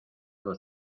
los